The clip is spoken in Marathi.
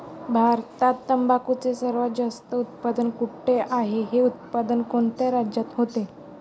भारतात तंबाखूचे सर्वात जास्त उत्पादन कोठे होते? हे उत्पादन कोणत्या राज्यात होते?